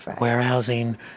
warehousing